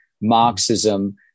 marxism